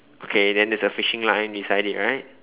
okay then there's a fishing line beside it right